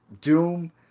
Doom